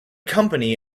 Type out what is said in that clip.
company